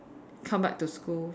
come back to school